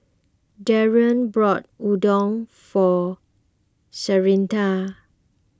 Darian bought Udon for Syreeta